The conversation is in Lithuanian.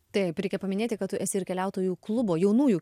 taip reikia paminėti kad tu esi ir keliautojų klubo jaunųjų